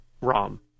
ROM